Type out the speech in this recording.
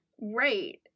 Right